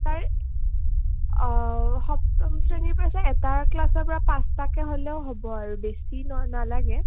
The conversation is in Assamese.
ছাৰ সপ্তম শ্ৰেণীৰপৰা এটা ক্লাছৰপৰা পাঁচটাকৈ হ'লেও হ'ব আৰু বেছি না নালাগে